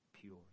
pure